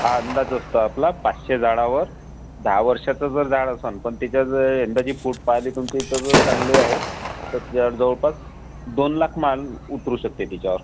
हा अंदाज असतो आपला पाचशे झाडावर दहा वर्षाचं जर झाड असन पण त्याच्यात अंदाजे फ्रूट पाहिले तुमचे तर चांगले आहे तर त्या जवळपास दोन लाख माल उतरू शकते त्याच्यावर